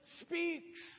speaks